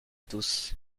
tous